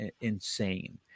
insane